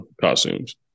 costumes